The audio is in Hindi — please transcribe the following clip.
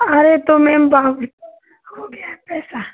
अरे तो मैम हो गया पैसा